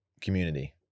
community